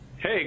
Hey